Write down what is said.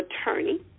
attorney